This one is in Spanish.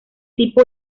tipo